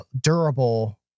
durable